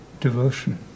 devotion